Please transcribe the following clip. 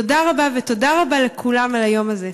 תודה רבה, ותודה רבה לכולם על היום הזה.